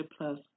plus